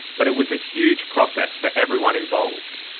but it was a huge process for everyone involved.